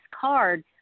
card